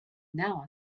now